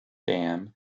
dam